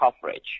coverage